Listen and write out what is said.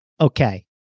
okay